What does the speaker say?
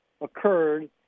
occurred